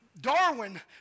Darwin